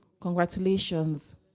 Congratulations